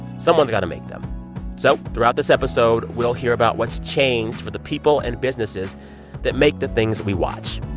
someone's got to make them so throughout this episode, we'll hear about what's changed for the people and businesses that make the things that we watch.